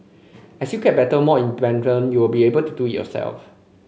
as you get better more independent you will be able to do it yourself